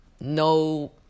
no